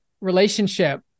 relationship